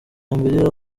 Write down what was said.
mbere